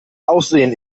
aussehen